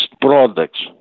products